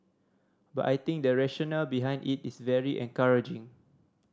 but I think the rationale behind it is very encouraging